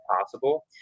possible